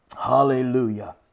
Hallelujah